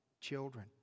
children